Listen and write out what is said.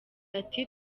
ati